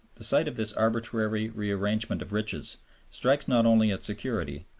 the sight of this arbitrary rearrangement of riches strikes not only at security,